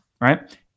right